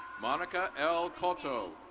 monica l cotto.